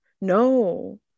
No